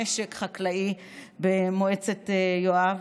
משק חקלאי במועצת יואב.